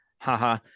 haha